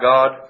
God